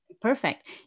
perfect